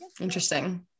interesting